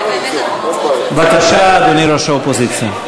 בבקשה, אדוני ראש האופוזיציה.